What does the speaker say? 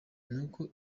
nuko